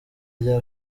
rya